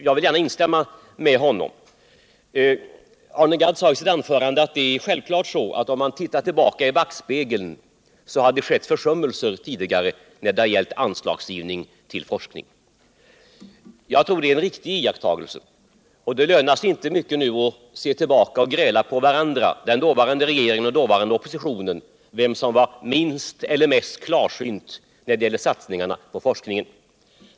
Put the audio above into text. Jag vill gärna — Nr 151 instämma i det. Arne Gadd sade i sitt anförande att det självfallet är så att om Onsdagen den man tiltar tillbaka i backspegeln, finner man att det tidigare skett försum 24 maj 1978 melser när det har gällt anslag till forskning. Jag tror att det är en riktig iakttagelse, men det lönar sig inte mycket att nu se tillbaka, gräla på varandra och diskutera vem som var minst eller mest klarsynt av den dåvarande regeringen och den dåvarande oppositionen i fråga om satsningarna på forskning.